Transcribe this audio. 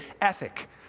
ethic